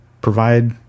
provide